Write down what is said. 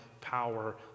power